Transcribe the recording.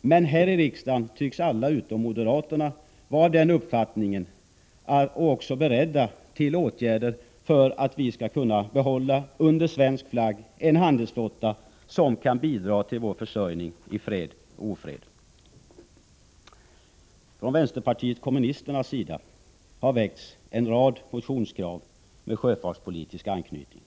Men här iriksdagen tycks alla utom moderaterna vara av den uppfattningen och också beredda till åtgärder för att vi under svensk flagg skall kunna behålla en handelsflotta som kan bidra till vår försörjning i fred och ofred. Från vänsterpartiet kommunisternas sida har väckts en rad motionskrav med sjöfartspolitisk anknytning.